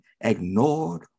ignored